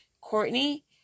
Courtney